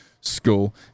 school